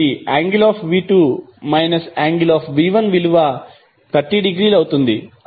కాబట్టి angle of v2 minus angle of v1విలువ 30 డిగ్రీలు అవుతుంది